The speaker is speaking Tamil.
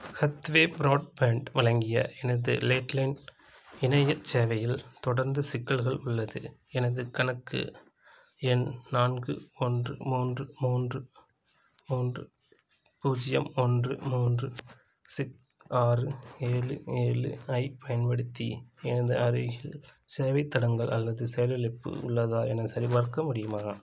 ஹத்வே ப்ராட்பேண்ட் வழங்கிய எனது லேட்லைன் இணையச் சேவையில் தொடர்ந்து சிக்கல்கள் உள்ளது எனது கணக்கு எண் நான்கு ஒன்று மூன்று மூன்று மூன்று பூஜ்ஜியம் ஒன்று மூன்று சிக் ஆறு ஏழு ஏழு ஐப் பயன்படுத்தி எனது அருகில் சேவைத் தடங்கல் அல்லது செயலிழப்பு உள்ளதா என சரிபார்க்க முடியுமா